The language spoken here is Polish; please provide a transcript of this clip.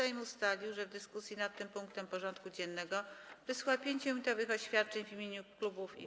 Sejm ustalił, że w dyskusji nad tym punktem porządku dziennego wysłucha 5-minutowych oświadczeń w imieniu klubów i kół.